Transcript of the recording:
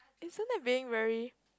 isn't that being very